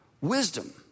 wisdom